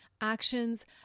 actions